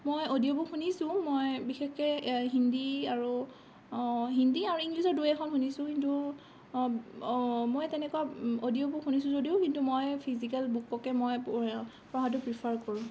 মই audio book শুনিছোঁ মই বিশেষকে হিন্দী আৰু হিন্দী আৰু ইংলিচৰ দুই এখন শুনিছোঁ কিন্তু মই তেনেকুৱা অডিঅ' বুক শুনিছোঁ যদিও কিন্তু মই ফিজিকেল বুককে মই পঢ়াটো প্ৰিফাৰ কৰোঁ